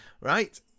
right